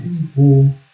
people